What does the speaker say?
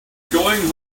going